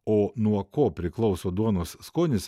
o nuo ko priklauso duonos skonis